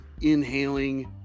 inhaling